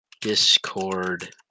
Discord